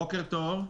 בוקר טוב.